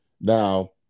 Now